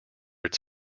its